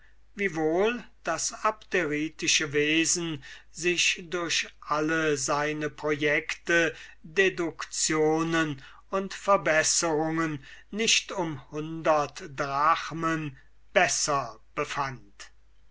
wiewohl das abderitische wesen sich durch alle seine projecte deductionen und verbesserungen nicht um hundert drachmen besser befand